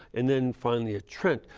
and then finally at trent.